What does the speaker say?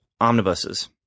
Omnibuses